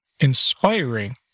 inspiring